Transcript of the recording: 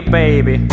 baby